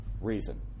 reason